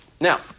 now